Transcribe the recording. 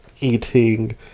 eating